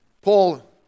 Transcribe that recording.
Paul